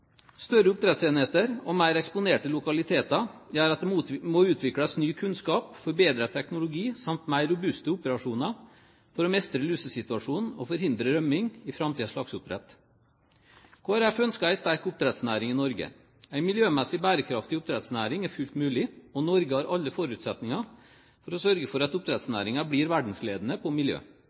Større oppdrettsenheter og mer eksponerte lokaliteter gjør at det må utvikles ny kunnskap, forbedret teknologi, samt mer robuste operasjoner for å mestre lusesituasjonen og forhindre rømming i framtidens lakseoppdrett. Kristelig Folkeparti ønsker en sterk oppdrettsnæring i Norge. En miljømessig bærekraftig oppdrettsnæring er fullt mulig, og Norge har alle forutsetninger for å sørge for at oppdrettsnæringen blir verdensledende på miljø.